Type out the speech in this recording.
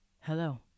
Hello